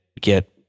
get